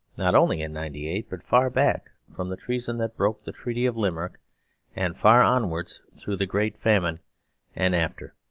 not only in ninety eight, but far back from the treason that broke the treaty of limerick and far onwards through the great famine and after.